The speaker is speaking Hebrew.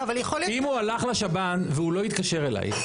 אם הוא הלך לשב"ן והוא לא התקשר אליי,